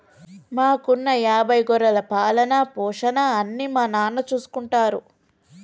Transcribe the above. మాకున్న యాభై గొర్రెల పాలన, పోషణ అన్నీ మా నాన్న చూసుకుంటారు